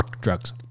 drugs